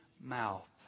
mouth